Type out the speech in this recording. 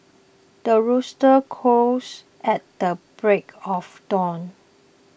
the rooster crows at the break of dawn